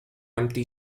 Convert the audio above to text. empty